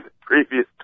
previous